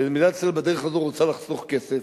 ומדינת ישראל בדרך הזאת רוצה לחסוך כסף,